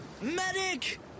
Medic